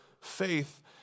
faith